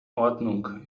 ordnung